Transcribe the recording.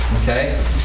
okay